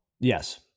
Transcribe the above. Yes